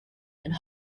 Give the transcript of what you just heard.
and